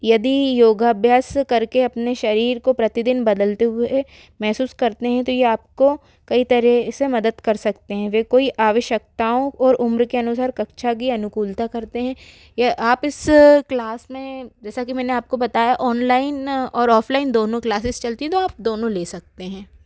यदि योगा अभ्यास करके अपने शरीर का प्रतिदिन बदलते हुए महसूस करने हेतु ये आपको कई तरह से मदद कर सकते है वे कोई आवश्यकताओं और उम्र के अनुसार कक्षा की अनुकूलता करते है यह आप इस क्लास में जैसा कि मैंने आपको बताया ऑनलाइन और ऑफलाइन दोनों क्लाससेस चलती है तो आप दोनों ले सकते है